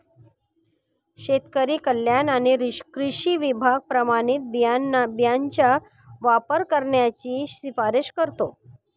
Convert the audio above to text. शेतकरी कल्याण आणि कृषी विभाग प्रमाणित बियाणांचा वापर करण्याची शिफारस करतो